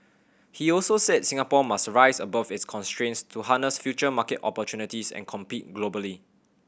he also said Singapore must rise above its constraints to harness future market opportunities and compete globally